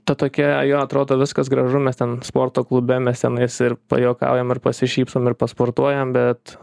ta tokia jo atrodo viskas gražu mes ten sporto klube mes tenais ir pajuokaujam ir pasišypsom ir pasportuojam bet